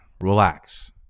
relax